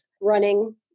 running